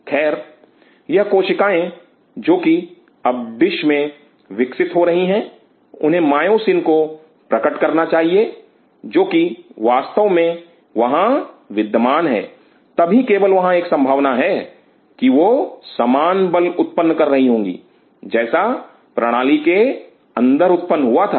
खैर यह कोशिकाएं जो कि अब डिश में विकसित हो रही हैं उन्हें मायोसिन को प्रकट करना चाहिए जो कि वास्तव में वहां विद्यमान हैं तभी केवल वहां एक संभावना है कि वह समान बल उत्पन्न कर रही होंगी जैसा प्रणाली के अंदर उत्पन्न हुआ था